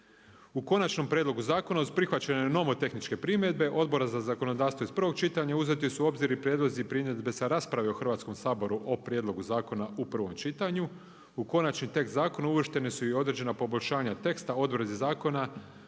U konačnom prijedlogu zakona, uz prihvaćanju nomotehničke primjedbe, Odbora za zakonodavstvo iz prvog čitanja uzeti su u obzir i prijedlozi i primjedbe sa rasprave o Hrvatskom saboru o prijedlogu zakona u prvom čitanju, u konačni tekst zakona uvrštene su i određena poboljšanja teksta, odredbi zakona